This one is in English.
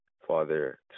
father